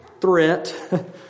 threat